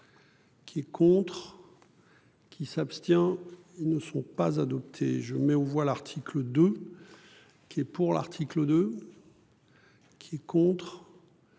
Qui est contre. Qui s'abstient ne sont pas adoptés je mets aux voix l'article 2. Qui pour l'article 2. Qui est contre.